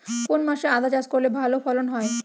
কোন মাসে আদা চাষ করলে ভালো ফলন হয়?